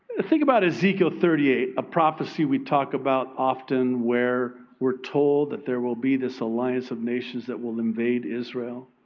think about ezekiel thirty eight, a prophecy we talk about often where we're told that there will be this alliance of nations that will invade israel.